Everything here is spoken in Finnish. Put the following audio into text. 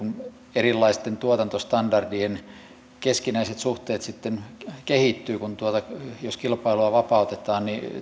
erilaisten tuotantostandardien keskinäiset suhteet sitten kehittyvät jos kilpailua vapautetaan niin